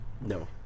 No